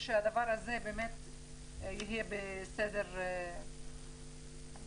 שהדבר הזה יהיה על סדר היום